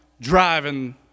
driving